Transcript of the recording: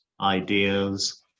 ideas